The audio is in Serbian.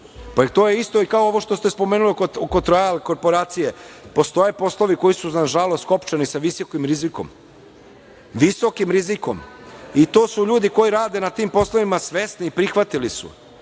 To je isto kao i ovo što ste spomenuli oko Trajal korporacije. Postoje poslovi koji su, nažalost, skopčani sa visokim rizikom, visokim rizikom, i ljudi koji rade na tim poslovima su svesni i prihvatili su.